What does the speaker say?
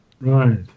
Right